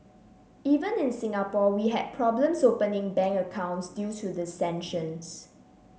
even in Singapore we had problems opening bank accounts due to the sanctions